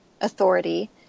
authority